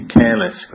careless